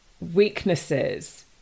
weaknesses